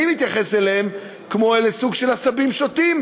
אני מתייחס אליהם כמו לסוג של עשבים שוטים,